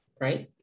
right